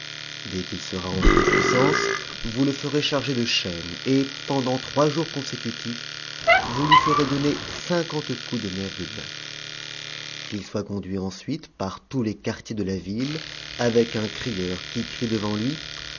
dès qu'i sera en votre puissance vous le ferez charger de chaines et pendant trois jours consécutifs vous lui ferez donner cinquante coups de nerf de bœuf qu'il soit conduit ensuite par tous les quartiers de la ville avec un crieur qui crie devant lui